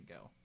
go